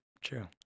true